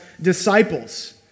disciples